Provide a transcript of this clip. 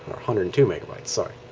hundred and two megabytes sorry